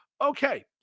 Okay